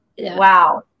wow